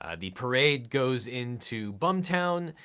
ah the parade goes into bumtown,